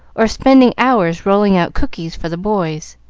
or spending hours rolling out cookies for the boys